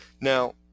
now